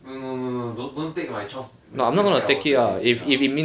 no no no no don't don't take my twelve my ten hours a day ya